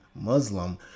Muslim